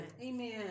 Amen